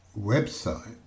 website